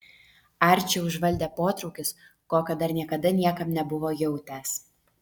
arčį užvaldė potraukis kokio dar niekada niekam nebuvo jautęs